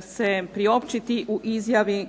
se priopćiti u izjavi